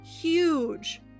huge